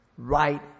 right